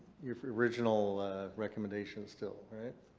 your original recommendation still, right?